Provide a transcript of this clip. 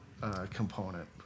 component